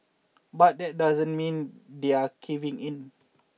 but that doesn't mean they're caving in